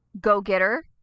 go-getter